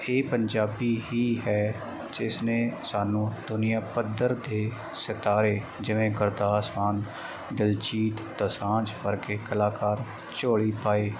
ਇਹ ਪੰਜਾਬੀ ਹੀ ਹੈ ਜਿਸਨੇ ਸਾਨੂੰ ਦੁਨੀਆ ਪੱਧਰ ਦੇ ਸਿਤਾਰੇ ਜਿਵੇਂ ਗੁਰਦਾਸ ਮਾਨ ਦਲਜੀਤ ਦੋਸਾਂਝ ਵਰਗੇ ਕਲਾਕਾਰ ਝੋਲੀ ਪਾਏ